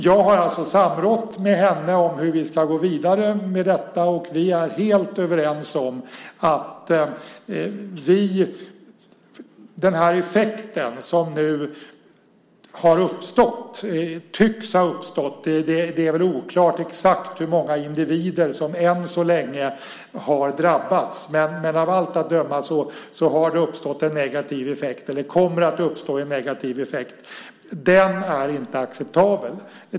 Jag har samrått med henne om hur vi ska gå vidare med detta, och vi är helt överens om att den negativa effekt som nu tycks ha uppstått eller kommer att uppstå inte är acceptabel, även om det är oklart exakt hur många individer som än så länge har drabbats.